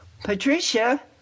Patricia